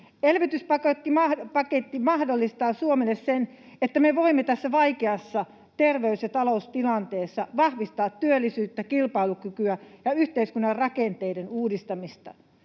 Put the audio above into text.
Elvytyspaketti mahdollistaa Suomelle sen, että me voimme tässä vaikeassa terveys‑ ja taloustilanteessa vahvistaa työllisyyttä, kilpailukykyä ja yhteiskunnan rakenteiden uudistamista.